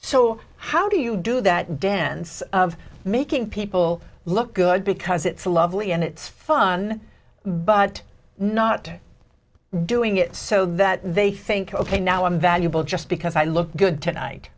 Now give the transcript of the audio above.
so how do you do that dance of making people look good because it's so lovely and it's fun but not doing it so that they think ok now i'm valuable just because i look good tonight